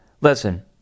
Listen